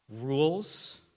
rules